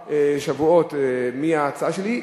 ארבעה שבועות מהגשת ההצעה שלי,